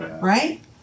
Right